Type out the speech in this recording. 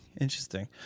Interesting